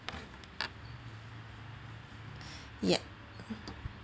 yup